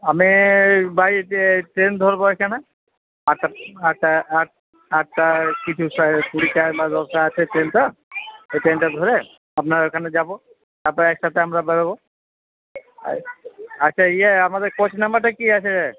আমি বাড়িতে ট্রেন ধরবো এইখানে আটটার সময় আট আটটায় কি কুড়িতে কি দশে আছে ট্রেনটা ওই ট্রেনটা ধরে আপনার ওখানে যাব তারপর একসাথে আমরা বেরোব আচ্ছা ইয়ে আমদের কোচ নাম্বারটা কি আছে